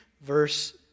verse